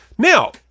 Now